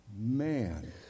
man